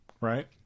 right